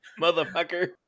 motherfucker